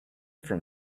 from